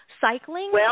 cycling